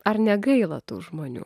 ar negaila tų žmonių